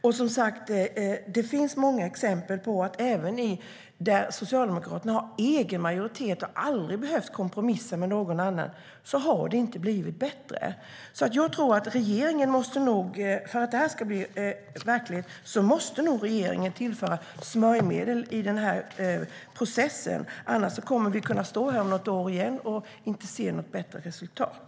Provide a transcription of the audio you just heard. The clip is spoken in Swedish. Och som sagt, även där Socialdemokraterna har egen majoritet och aldrig har behövt kompromissa finns det många exempel på att det inte har blivit bättre. För att det här ska bli verklighet måste nog regeringen tillföra smörjmedel till processen. Annars kommer vi att stå här igen om något år utan att se något bättre resultat.